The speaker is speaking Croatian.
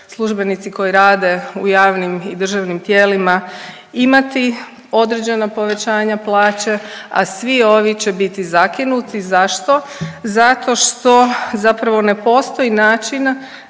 službenici koji rade u javnim i državnim tijelima imati određena povećanja plaće, a svi ovi će biti zakinuti. Zašto? Zato što zapravo ne postoji način